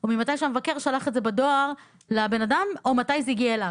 או ממתי שהמבקר שלח את זה בדואר לבן אדם או מתי זה הגיע אליו,